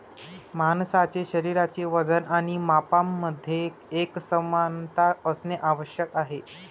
माणसाचे शरीराचे वजन आणि मापांमध्ये एकसमानता असणे आवश्यक आहे